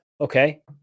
Okay